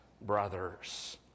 brothers